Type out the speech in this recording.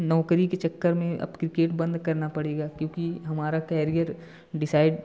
नौकरी के चक्कर में क्रिकेट बंद करना पड़ेगा क्योंकि हमारा कैरियर डिसाइड